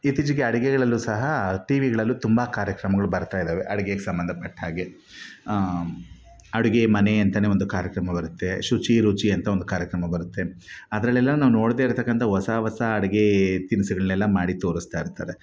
ಇತ್ತೀಚಿಗೆ ಅಡುಗೆಗಳಲ್ಲೂ ಸಹ ಟಿ ವಿಗಳಲ್ಲೂ ತುಂಬ ಕಾರ್ಯಕ್ರಮಗಳು ಬರ್ತಾಯಿದ್ದಾವೆ ಅಡುಗೆಗೆ ಸಂಬಂದಪಟ್ಹಾಗೆ ಅಡುಗೆ ಮನೆ ಅಂತ ಒಂದು ಕಾರ್ಯಕ್ರಮ ಬರುತ್ತೆ ಶುಚಿ ರುಚಿ ಅಂತ ಒಂದು ಕಾರ್ಯಕ್ರಮ ಬರುತ್ತೆ ಅದರಲ್ಲೆಲ್ಲ ನಾವು ನೋಡದೇ ಇರ್ತಕ್ಕಂಥ ಹೊಸ ಹೊಸ ಅಡುಗೆ ತಿನಿಸುಗಳ್ನೆಲ್ಲ ಮಾಡಿ ತೋರಿಸ್ತಾಯಿರ್ತಾರೆ